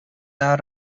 out